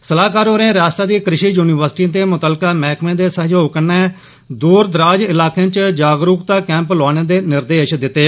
सलाहकार होरें रियास्ता दी कृषि युनिवर्सिटिए ते मुत्तलका मैहकमें दे सहयोग कन्नै दूर दराज इलाकें च जागरूकता कैम्प लोआने दे निर्देश दित्ते